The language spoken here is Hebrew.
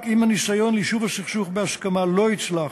רק אם הניסיון ליישוב הסכסוך בהסכמה לא יצלח,